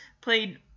played